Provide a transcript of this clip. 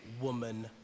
woman